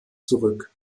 zurück